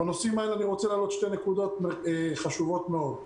בנושאים האלה אני רוצה להעלות שתי נקודות חשובות מאוד.